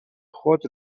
خود